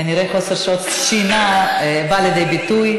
כנראה חוסר שעות השינה בא לידי ביטוי.